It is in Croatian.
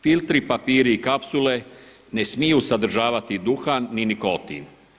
Filtri, papiri i kapsule ne smiju sadržavati duhan ni nikotin.